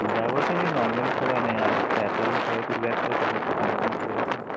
কুড়ি টাকা করে তো এমনি নর্ম্যালি সবাই নেয় আর হচ্ছে এত জন সবাই তুলবে একসাথে তবু একটু কম সম করে দেখুন